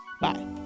Bye